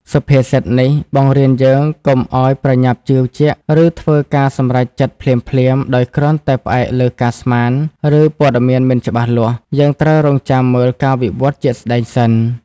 សុភាសិតនេះបង្រៀនយើងកុំឲ្យប្រញាប់ជឿជាក់ ឬធ្វើការសម្រេចចិត្តភ្លាមៗ ដោយគ្រាន់តែផ្អែកលើការស្មាន ឬព័ត៌មានមិនច្បាស់លាស់ យើងត្រូវរង់ចាំមើលការវិវត្តន៍ជាក់ស្តែងសិន។